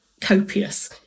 copious